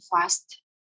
fast